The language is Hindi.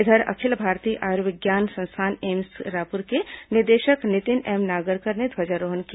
इधर अखिल भारतीय आयुर्विज्ञान संस्थान एम्स रायपुर में निदेशक नितिन एम नागरकर ने ध्वजारोहण किया